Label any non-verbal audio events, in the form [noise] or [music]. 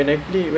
[laughs]